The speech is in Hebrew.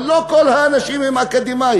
אבל לא כל האנשים הם אקדמאים,